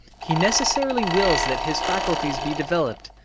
he necessarily wills that his faculties be developed,